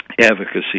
advocacy